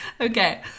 Okay